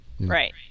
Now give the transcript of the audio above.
Right